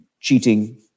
cheating